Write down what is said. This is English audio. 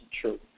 True